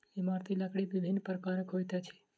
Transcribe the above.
इमारती लकड़ी विभिन्न प्रकारक होइत अछि